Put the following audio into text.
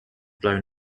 blown